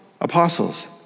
apostles